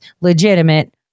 legitimate